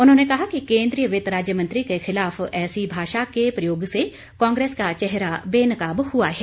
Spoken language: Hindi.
उन्होंने कहा कि केन्द्रीय वित्त राज्य मंत्री के खिलाफ ऐसी भाषा के प्रयोग से कांग्रेस का चेहरा बेनकाब हुआ है